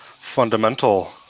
fundamental